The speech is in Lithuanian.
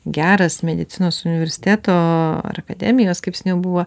geras medicinos universiteto ar akademijos kaip seniau buvo